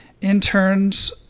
interns